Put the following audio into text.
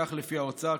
לפי האוצר,